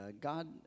God